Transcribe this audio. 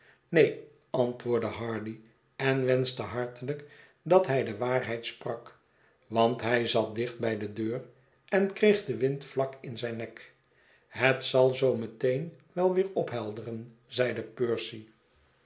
neen antwoordde hardy en wenschte hartelijk dat hij de waarheid sprak want hij zat dicht bij de deur en kreeg den wind vlak in zijn nek het zal zoo meteen wel weer ophelderen zeide percy